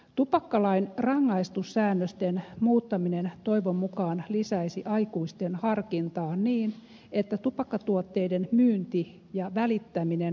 tupakkalain rangaistussäännösten muuttaminen toivon mukaan lisäisi aikuisten harkintaa niin että tupakkatuotteiden myynti ja välittäminen alaikäisille vähenisivät